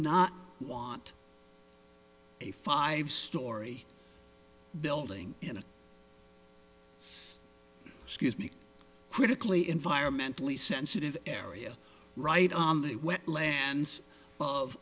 not want a five story building in a sea scuse me critically environmentally sensitive area right on the wetlands of